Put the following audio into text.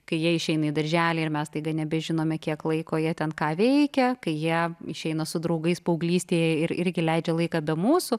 kai jie išeina į darželį ir mes staiga nebežinome kiek laiko jie ten ką veikia kai jie išeina su draugais paauglystėje ir irgi leidžia laiką be mūsų